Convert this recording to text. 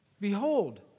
Behold